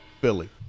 Philly